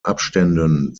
abständen